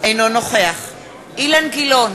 אינו נוכח אילן גילאון,